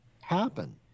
happen